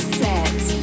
set